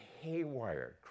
haywire